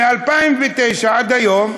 מ-2009 עד היום,